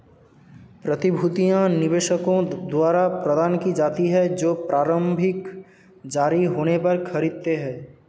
प्रतिभूतियां निवेशकों द्वारा प्रदान की जाती हैं जो प्रारंभिक जारी होने पर खरीदते हैं